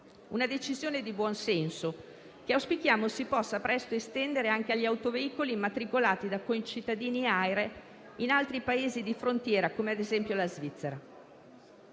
Una decisione di buon senso che auspichiamo si possa presto estendere anche agli autoveicoli immatricolati da concittadini AIRE in altri Paesi di frontiera, come ad esempio la Svizzera.